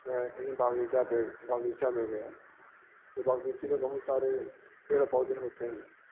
میں کہیں باغیچہ پہ باغیچا میں گیا تو باغیچے میں بہت سارے پیڑ پودے ہوتے ہیں